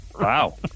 Wow